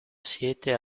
siete